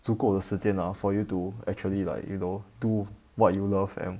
足够的时间 ah for you to actually like you know do what you love and